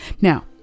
Now